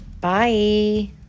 Bye